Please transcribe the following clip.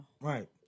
Right